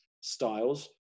styles